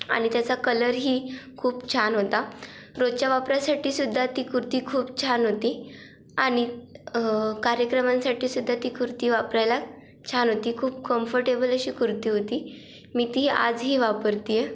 आनि त्याचा कलरही खूप छान होता रोजच्या वापरासाठी सुद्धा ती कुर्ती खूप छान होती आणि कार्यक्रमांसाठी सुद्धा ती कुर्ती वापरायला छान होती खूप कम्फर्टेबल अशी कुर्ती होती मी ती आजही वापरत आहे